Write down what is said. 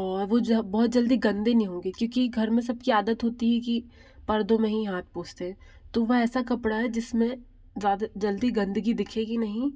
और वो बहुत जल्दी गंदे नहीं होंगे क्योंकि घर में सब की आदत होती है कि पर्दो में ही हाथ पूछते तो वह ऐसा कपड़ा है जिसमें ज़्यादा जल्दी गंदगी दिखेगी नहीं